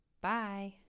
Bye